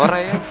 i